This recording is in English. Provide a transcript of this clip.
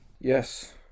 Yes